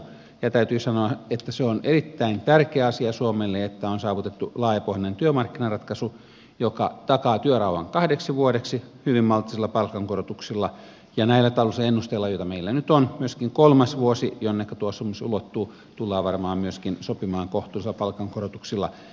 täytyy sanoa että se on erittäin tärkeä asia suomelle että on saavutettu laajapohjainen työmarkkinaratkaisu joka takaa työrauhan kahdeksi vuodeksi hyvin maltillisilla palkankorotuksilla ja näillä taloudellisilla ennusteilla joita meillä nyt on myöskin kolmas vuosi jonneka tuo sopimus ulottuu tullaan varmaan myöskin sopimaan kohtuullisilla palkankorotuksilla